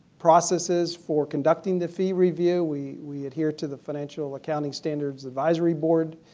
processes for conducting the fee review. we we adhere to the financial accounting standards advisory board.